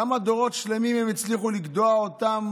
כמה דורות שלמים הם הצליחו לגדוע, אותן